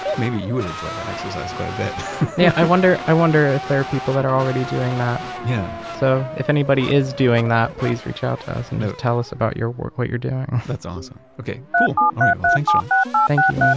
maybe you would enjoy that exercise quite a bit yeah i wonder i wonder if there are people that are already doing that. yeah so if anybody is doing that, please reach out to us and just tell us about your work, what you're doing that's awesome. okay, cool. all right, well thanks, sean thank you, um